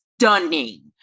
stunning